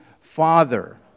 Father